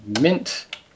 Mint